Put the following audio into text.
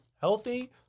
Healthy